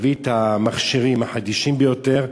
להביא את המכשירים החדישים ביותר,